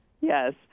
Yes